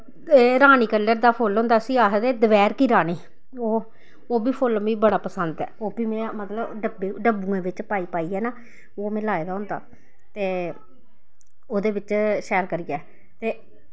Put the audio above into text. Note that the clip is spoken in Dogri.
एह् रानी कल्लर हा फुल्ल होंदा उस्सी आखदे दपैह्र की रानी ओह् ओह् बी फुल्ल मीं बड़ा पसंद ऐ ओह् बी में मतलब डब्बें डब्बुएं बिच्च पाई पाइयै ना ओह् में लाए दा होंदा ते ओह्दे बिच्च शैल करियै